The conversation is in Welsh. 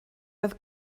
oedd